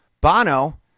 bono